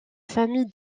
famille